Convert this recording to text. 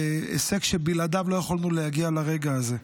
זה הישג שבלעדיו לא יכולנו להגיע לרגע הזה.